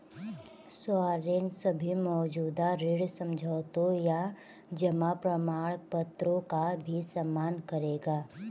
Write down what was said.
sovereign सभी मौजूदा ऋण समझौतों या जमा प्रमाणपत्रों का भी सम्मान करेगा